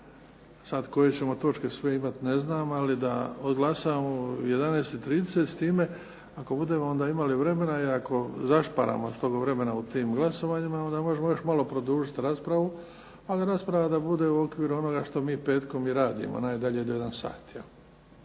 Sada koje ćemo sve točke imati, ne znam, ali da odglasamo u 11,30 s time ako onda budemo imali vremena i ako zašparamo toga vremena u tim glasovanjima onda možemo još malo produžiti raspravu. Ali rasprava da bude u okviru onoga što mi petkom i radimo najdalje do 13,00 sati,